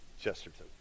Chesterton